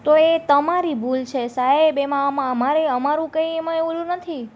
તો એ તમારી ભૂલ છે સાહેબ એમાં અમારે અમારું કંઈ એમાં એવું એ નથી